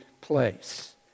place